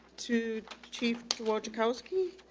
two chief won't to koski.